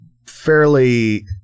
Fairly